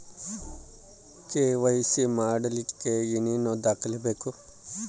KYC ಮಾಡಲಿಕ್ಕೆ ಏನೇನು ದಾಖಲೆಬೇಕು?